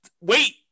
Wait